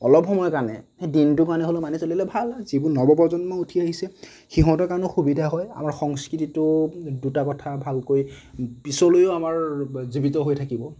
অলপ সময় কাৰণে সেই দিনটোৰ কাৰণে হ'লেও মানি চলিলে ভাল হয় যিবোৰ নৱ প্ৰজন্ম উঠি আহিছে সিহঁতৰ কাৰণেও সুবিধা হয় আমাৰ সংস্কৃতিটো দুটা কথা ভালকৈ পিছলৈও আমাৰ জীৱিত হৈ থাকিব